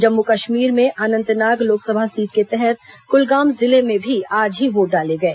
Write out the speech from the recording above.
जम्मू कश्मीर में अनंतनाग लोकसभा सीट के तहत क्लगाम जिले में भी आज ही वोट डाले गए